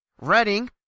Reading